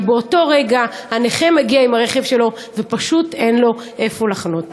כי באותו רגע הנכה מגיע עם הרכב שלו ופשוט אין לו איפה להחנות.